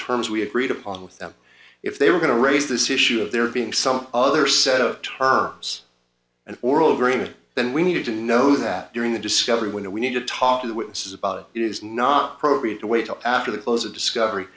terms we agreed upon with them if they were going to raise this issue of there being some other set of terms an oral agreement then we need to know that during the discovery when we need to talk to witnesses about it is not appropriate to wait till after the close of discovery